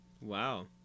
Wow